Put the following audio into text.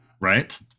Right